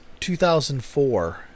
2004